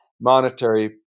monetary